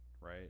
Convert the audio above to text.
right